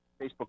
Facebook